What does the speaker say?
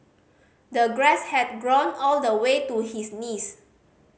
the grass had grown all the way to his knees